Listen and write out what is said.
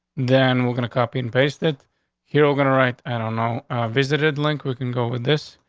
then we're gonna copy and paste it here. we're gonna right? i don't know a visited link. we can go with this.